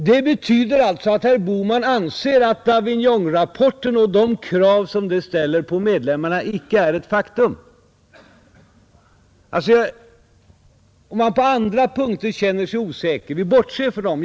Det betyder alltså att herr Bohman anser att Davignonrapporten och de krav denna ställer på medlemmarna icke är faktum. Om man på andra punkter känner sig osäker, så låt oss nu bortse från dem.